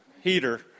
heater